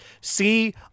see